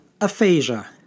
aphasia